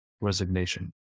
resignation